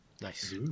Nice